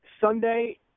Sunday